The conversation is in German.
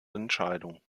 entscheidung